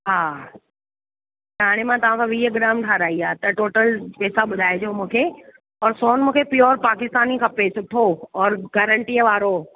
हा त हाणे मां तव्हांखां वीह ग्राम ठहाराई आहे त टोटल पैसा ॿुधाइजो मूंखे और सोन मूंखे प्योर पाकिस्तानी खपे सुठो और गारंटीअ वारो